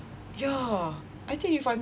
yeah I think if I'm